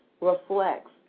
reflects